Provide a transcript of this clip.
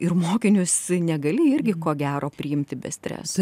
ir mokinius negali irgi ko gero priimti be streso